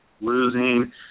losing